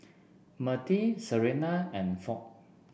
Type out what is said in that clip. Mertie Serena and Foch